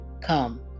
come